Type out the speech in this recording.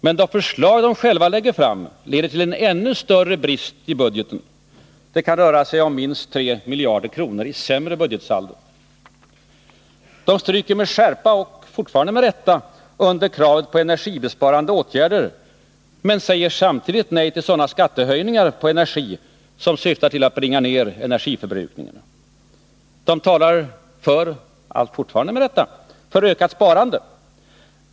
Men de förslag de själva lägger fram leder till en ännu större brist i budgeten. Det kan röra sig om minst tre miljarder kronor i försämring av budgetsaldot. De stryker med skärpa och fortfarande med rätta under kravet på energibesparande åtgärder, men säger samtidigt nej till sådana skattehöjningar på energi som syftar till att bringa ner energiförbrukningen. De talar — och fortfarande med rätta — för ökat sparande.